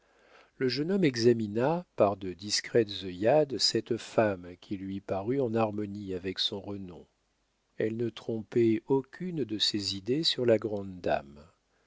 le jeune homme examina par de discrètes œillades cette femme qui lui parut en harmonie avec son renom elle ne trompait aucune de ses idées sur la grande dame